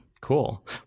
Cool